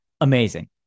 Amazing